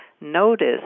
Notice